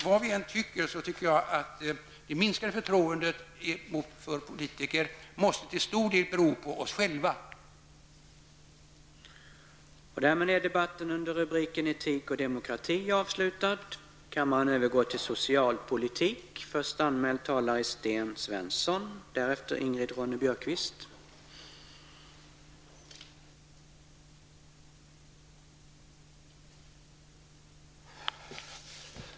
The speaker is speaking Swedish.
Vad man än tycker om detta måste det minskade förtroendet för politiker dock till stor del bero på oss själva.